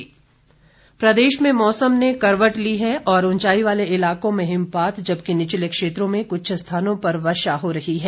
मौसम प्रदेश में मौसम ने करवट ली है और उंचाई वाले इलाकों में हिमपात जबकि निचले क्षेत्रों में कुछ स्थानों पर वर्षा हो रही है